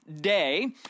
day